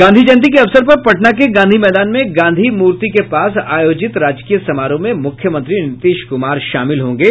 गांधी जयंती के अवसर पर पटना के गांधी मैदान में गांधी मूर्ति के पास आयोजित राजकीय समारोह में मुख्यमंत्री नीतीश कुमार शामिल होंगे